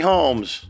Holmes